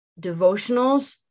devotionals